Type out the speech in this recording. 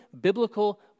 biblical